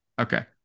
Okay